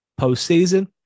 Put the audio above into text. postseason